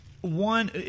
one